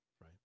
right